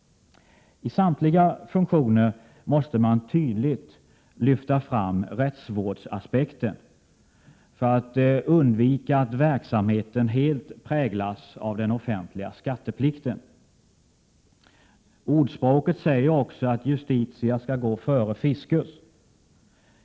I samtliga funktioner måste man tydligt lyfta fram rättsvårdsaspekten för att undvika att verksamheten helt skall präglas av den offentliga skatteplikten. Ordspråket säger också att Justitia skall gå före Fiscus.